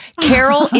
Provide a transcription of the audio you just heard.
Carol